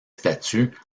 statues